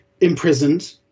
imprisoned